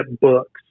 books